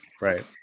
right